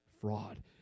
fraud